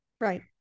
right